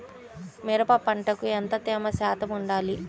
మిరప పంటకు ఎంత తేమ శాతం వుండాలి?